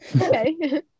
Okay